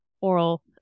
oral